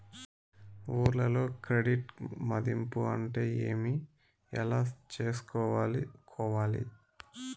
ఊర్లలో క్రెడిట్ మధింపు అంటే ఏమి? ఎలా చేసుకోవాలి కోవాలి?